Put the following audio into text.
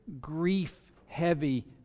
grief-heavy